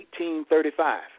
1835